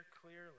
clearly